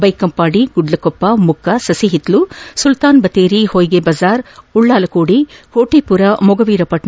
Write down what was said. ಬೈಕಂಪಾಡಿ ಗುಡ್ಡಕೊಪ್ಪ ಮುಕ್ಕ ಸಹಿಹಿತ್ಸು ಸುಲ್ತಾನ್ ಬತ್ತೇರಿ ಹೊಯಿಗೆ ಬಜಾರ್ ಉಳ್ಳಾಲ ಕೋಡಿ ಕೋಟೆಪುರ ಮೊಗವೀರಪಟ್ಟ